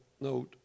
note